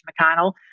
McConnell